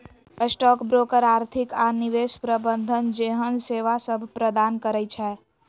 stock broker आर्थिक आऽ निवेश प्रबंधन जेहन सेवासभ प्रदान करई छै